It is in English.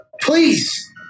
Please